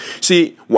See